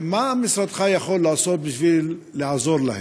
מה משרדך יכול לעשות בשביל לעזור להם,